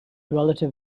relative